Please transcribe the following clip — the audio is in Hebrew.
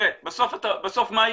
בסוף מה יקרה?